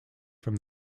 from